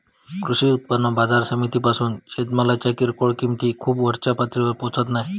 कृषी उत्पन्न बाजार समितीपासून शेतमालाच्या किरकोळ किंमती खूप वरच्या पातळीवर पोचत नाय